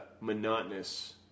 monotonous